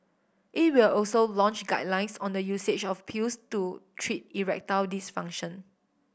it will also launch guidelines on the usage of pills to treat erectile dysfunction